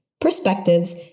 perspectives